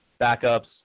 backups